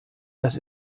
dass